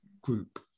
group